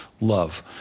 love